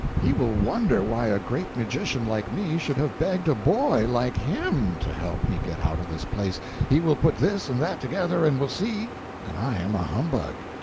he will wonder why a great magician like me should have begged a boy like him to help me get out of this place he will put this and that together, and will see that i am a humbug.